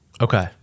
Okay